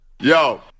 Yo